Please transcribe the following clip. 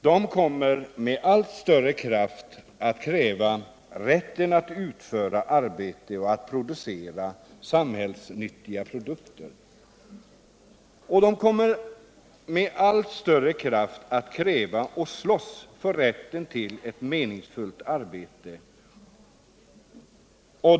De kommer med allt större kraft att kräva rätten att utföra ett arbete och att producera samhällsnyttiga produkter. De kommer med allt större kraft att kräva, och slåss för, rätten till ett meningsfullt arbete.